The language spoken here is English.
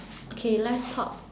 okay let's talk